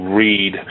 read